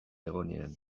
egonean